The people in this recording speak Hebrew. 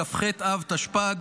בכ"ח אב תשפ"ד,